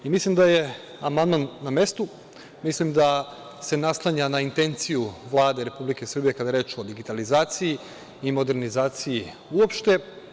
Mislim da je amandman na mestu, mislim da se naslanja na intenciju Vlade Republike Srbije, kada je reč o digitalizaciji i modernizaciji uopšte.